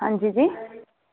हांजी जी